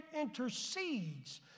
intercedes